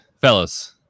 fellas